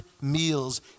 meals